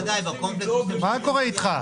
מה קורה אתך?